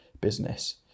business